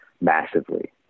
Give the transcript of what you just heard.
massively